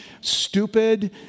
Stupid